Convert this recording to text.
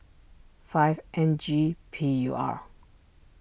five N G P U R